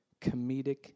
comedic